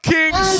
Kings